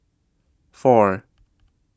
four